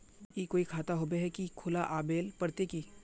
ई कोई खाता होबे है की खुला आबेल पड़ते की?